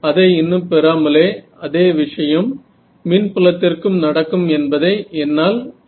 அதை இன்னும் பெறாமலே அதே விஷயம் மின் புலத்திற்கும் நடக்கும் என்பதை என்னால் சொல்ல முடியும்